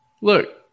look